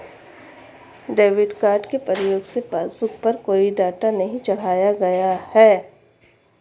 debit card के प्रयोग से पासबुक पर कोई डाटा नहीं चढ़ाया गया है